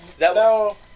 No